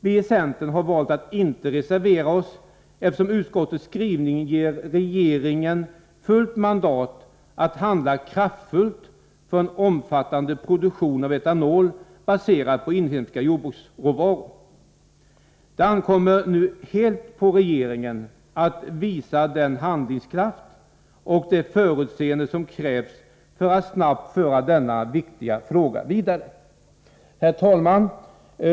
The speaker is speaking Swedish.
Vi i centern har valt att inte reservera oss, eftersom utskottens skrivning ger regeringen fullt mandat att handla kraftfullt för en omfattande produktion av etanol baserad på inhemska jordbruksråvaror. Det ankommer nu helt på regeringen att visa den handlingskraft och det förutseende som krävs för att snabbt föra denna viktiga fråga vidare. Herr talman!